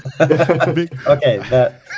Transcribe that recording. Okay